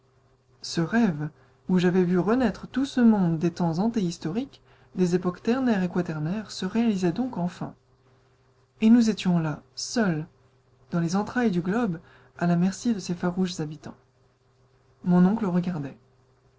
ce rêve où j'avais vu renaître tout ce monde des temps antéhistoriques des époques ternaire et quaternaire se réalisait donc enfin et nous étions là seuls dans les entrailles du globe à la merci de ses farouches habitants mon oncle regardait